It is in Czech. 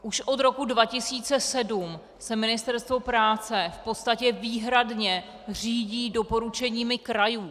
Už od roku 2007 se Ministerstvo práce v podstatě výhradně řídí doporučeními krajů.